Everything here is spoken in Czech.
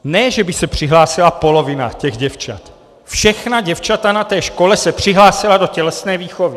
Ne že by se přihlásila polovina děvčat, všechna děvčata na té škole se přihlásila do tělesné výchovy.